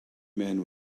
men